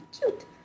cute